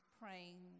praying